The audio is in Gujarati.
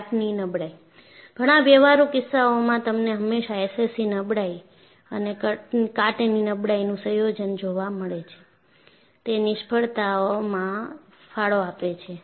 કાટની નબળાઈ ઘણા વ્યવહારુ કિસ્સાઓમાં તમને હંમેશા SCC નબળાઈ અને કાટની નબળાઈનું સંયોજન જોવા મળે છે તે નિષ્ફળતામાં ફાળો આપે છે